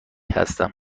هستم